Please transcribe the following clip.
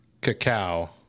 Cacao